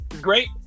Great